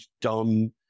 dumb